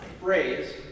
Phrase